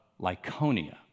Lyconia